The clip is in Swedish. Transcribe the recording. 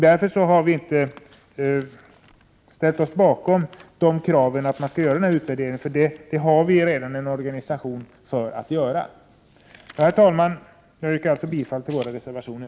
Vi har inte ställt oss bakom kraven på en utvärdering, eftersom vi redan har en organisation för detta. Herr talman! Jag yrkar alltså bifall till våra reservationer.